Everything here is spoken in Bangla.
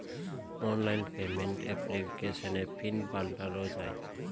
অনলাইন পেমেন্ট এপ্লিকেশনে পিন পাল্টানো যায়